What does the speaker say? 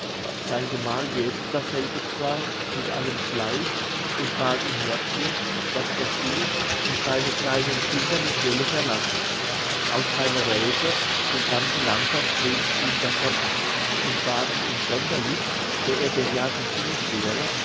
sein gemahl wehrte dasselbe zwar mit allem fleiß und bat ihn herzlich daß er sie und seine kleinen kinder nicht wolle verlassen auch seine räthe und ganze landschaft riethen ihm davon ab und baten ihn sonderlich so er denn ja des sinnes wäre